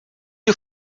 you